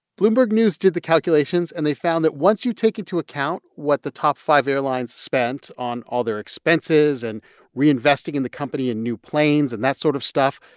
bloomberg news did the calculations, and they found that once you take into account what the top five airlines spent on all their expenses and reinvesting in the company in new planes and that sort of stuff,